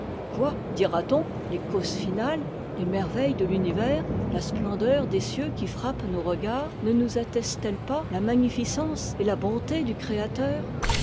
quoi dira-t-on les causes finales les merveilles de l'univers la splendeur des cieux qui frappe nos regards ne nous attestent elles pas la magnificence et la bonté du créateur